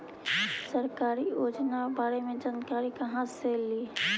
सरकारी योजना के बारे मे जानकारी कहा से ली?